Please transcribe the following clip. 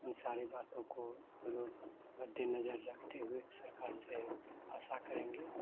इन सारी बातों को लोग मद्देनज़र रखते हुए सरकार से आशा करेंगे